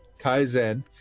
Kaizen